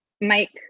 Mike